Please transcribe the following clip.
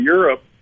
Europe